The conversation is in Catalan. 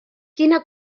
quina